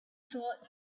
thought